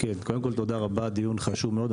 תודה רבה על דיון חשוב מאוד.